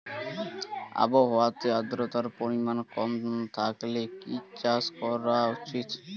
আবহাওয়াতে আদ্রতার পরিমাণ কম থাকলে কি চাষ করা উচিৎ?